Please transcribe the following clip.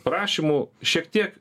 prašymų šiek tiek